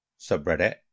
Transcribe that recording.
subreddit